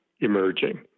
emerging